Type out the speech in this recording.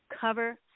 cover